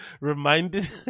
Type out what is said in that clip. reminded